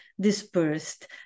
dispersed